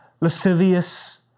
lascivious